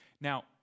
Now